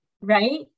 right